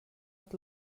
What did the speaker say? att